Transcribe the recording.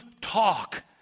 talk